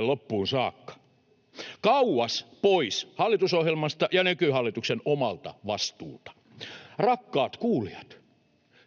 loppuun saakka — kauas pois hallitusohjelmasta ja nykyhallituksen omalta vastuulta. Rakkaat kuulijat,